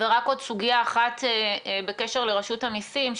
רק עוד סוגיה אחת בקשר לרשות המיסים,